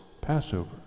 Passover